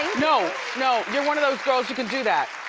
no, no, you're one of those girls who can do that.